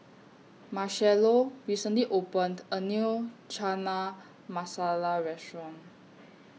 Marchello recently opened A New Chana Masala Restaurant